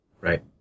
Right